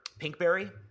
Pinkberry